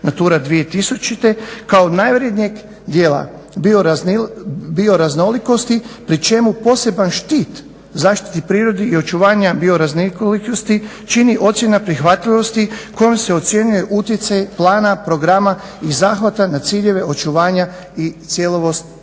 NATURA 2000 kao najvrednijeg dijela bioraznolikosti pri čemu poseban štit zaštiti prirode i očuvanja bioraznolikosti čini ocjena prihvatljivosti kojom se ocjenjuje utjecaj plana, programa i zahvata na ciljeve očuvanja i cjelovitosti